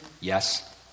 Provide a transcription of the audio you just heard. Yes